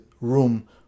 room